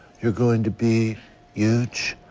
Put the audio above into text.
you're going the be huge.